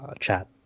chat